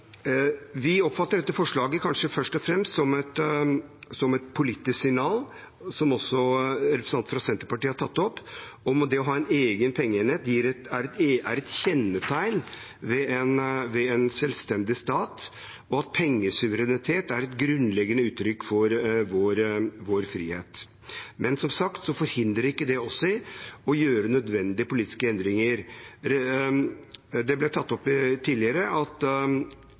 Vi oppfatter dette forslaget kanskje først og fremst som et politisk signal, som også representanten fra Senterpartiet har tatt opp, om at det å ha en egen pengeenhet er et kjennetegn ved en selvstendig stat, og at pengesuverenitet er et grunnleggende uttrykk for vår frihet. Men som sagt forhindrer ikke det oss i å gjøre nødvendige politiske endringer. Det ble tatt opp tidligere at det å grunnlovfeste pengeenheten er et hinder for god økonomistyring og pengepolitikk. Vi ser det ikke slik, i den forstand at